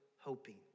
hoping